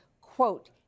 quote